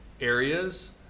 areas